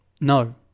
No